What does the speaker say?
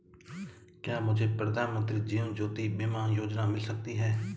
क्या मुझे प्रधानमंत्री जीवन ज्योति बीमा योजना मिल सकती है?